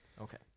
Okay